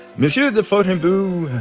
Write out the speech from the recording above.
monsieur de fontgibu,